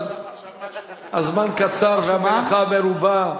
עכשיו משהו, כן, אבל הזמן קצר והמלאכה מרובה.